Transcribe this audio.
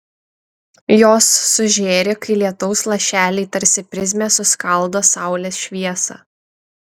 jos sužėri kai lietaus lašeliai tarsi prizmė suskaldo saulės šviesą